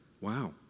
wow